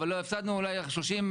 אבל הפסדנו אולי 30,